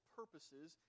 purposes